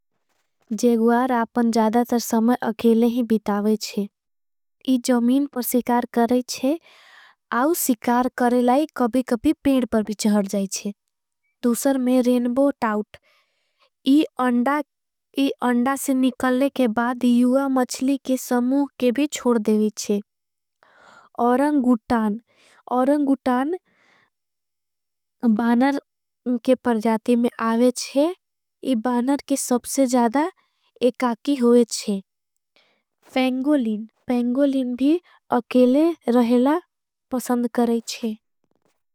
जेगवार आपन ज़्यादातर समय अकेले ही बितावेच्छे इ जमीन। पर सिकार करेच्छे आउ सिकार करे लाई कभी कभी पेड़ पर। भी चहर जाइच्छे दूसर में रेन्बो टाउट इ अंडा से निकले के बाद। युआ मचली के समोग के भी छोड़ देवीच्छे ओरंगुटान ओरंगुटान। बानर के परजाती में आवेच्छे इ बानर के सबसे ज़्यादा एकाकी। होईच्छे पैंगोलीन पैंगोलीन भी अकेले रहेला पसंद करेच्छे।